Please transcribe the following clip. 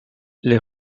les